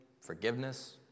forgiveness